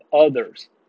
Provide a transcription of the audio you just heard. others